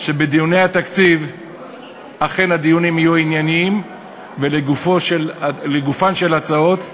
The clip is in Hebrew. שבדיוני התקציב אכן הדיונים יהיו ענייניים ולגופן של הצעות,